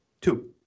two